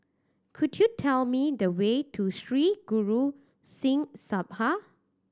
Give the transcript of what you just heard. could you tell me the way to Sri Guru Singh Sabha